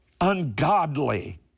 ungodly